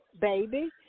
baby